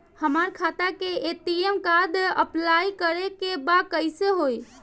हमार खाता के ए.टी.एम कार्ड अप्लाई करे के बा कैसे होई?